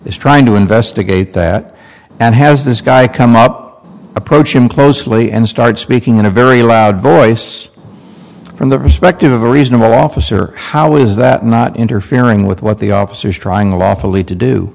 is trying to investigate that and has this guy come up approached him closely and started speaking in a very loud voice from the perspective of a reasonable officer how is that not interfering with what the officers trying lawfully to do